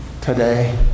today